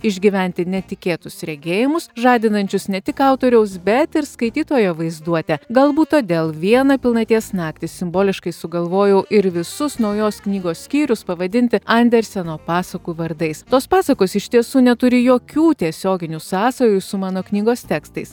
išgyventi netikėtus regėjimus žadinančius ne tik autoriaus bet ir skaitytojo vaizduotę galbūt todėl vieną pilnaties naktį simboliškai sugalvojau ir visus naujos knygos skyrius pavadinti anderseno pasakų vardais tos pasakos iš tiesų neturi jokių tiesioginių sąsajų su mano knygos tekstais